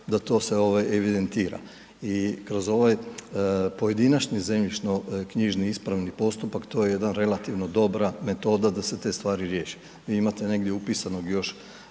da to se evidentira i kroz ovaj pojedinačni zemljišnoknjižni ispravni postupak, to je jedna relativno dobra metoda da se te stvari riješe. Vi imate negdje upisano gdje